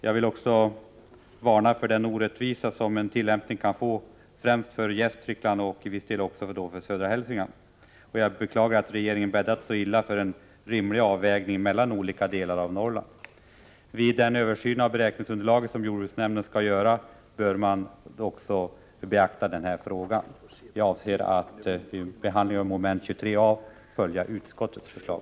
Jag vill också varna för den orättvisa som en tillämpning kan få för främst Gästrikland och i viss utsträckning också för södra Hälsingland. Jag beklagar att regeringen bäddat så illa för en rimlig avvägning mellan olika delar av Norrland. Vid den översyn av beräkningsunderlaget som jordbruksnämnden skall göra bör även denna fråga beaktas. Jag avser att vid behandlingen av mom. 23a följa utskottets förslag.